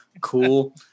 cool